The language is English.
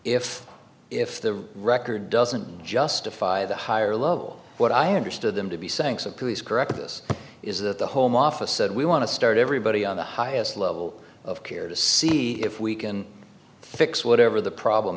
if if the record doesn't justify the higher level what i understood them to be saying so please correct this is that the home office said we want to start everybody on the highest level of care to see if we can fix whatever the problem